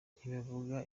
ntibavuga